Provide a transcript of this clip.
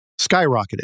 skyrocketed